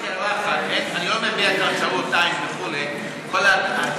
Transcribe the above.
רק הערה אחת: אני לא מביע צרות עין וכו' אין לי בעיה,